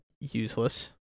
useless